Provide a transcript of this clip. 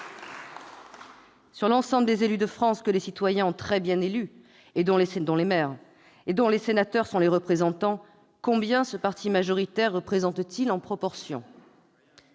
Sur l'ensemble des élus de France, que les citoyens ont très bien élus, et dont les sénateurs sont les représentants, combien ce parti majoritaire représente-t-il en proportion ?